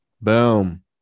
Boom